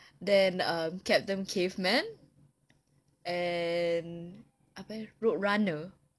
then err captain caveman and apa eh road runner